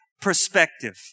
perspective